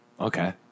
Okay